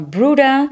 Bruda